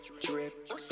drip